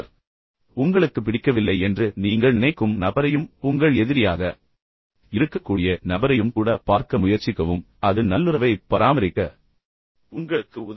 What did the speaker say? எனவே உங்களுக்கு பிடிக்கவில்லை என்று நீங்கள் நினைக்கும் நபரையும் உங்கள் எதிரியாக இருக்கக்கூடிய நபரையும் கூட பார்க்க முயற்சிக்கவும் ஆனால் அந்த நபரைப் பார்ப்பது ஒரு வகையான நல்லுறவைப் பராமரிக்க உங்களுக்கு உதவும்